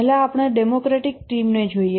પહેલા આપણે ડેમોક્રેટિક ટીમને જોઈએ